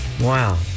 Wow